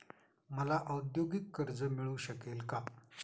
मला औद्योगिक कर्ज मिळू शकेल का?